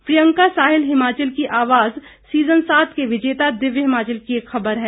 प्रियंका साहिल हिमाचल की आवाज सीजन सात के विजेता दिव्य हिमाचल की एक खबर है